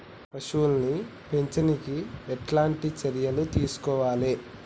పశువుల్ని పెంచనీకి ఎట్లాంటి చర్యలు తీసుకోవాలే?